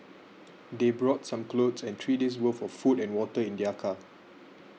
they brought some clothes and three day' worth of food and water in their car